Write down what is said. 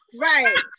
Right